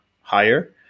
higher